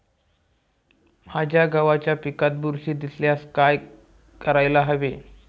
माझ्या गव्हाच्या पिकात बुरशी दिसल्यास काय करायला हवे?